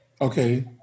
Okay